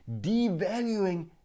devaluing